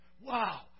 wow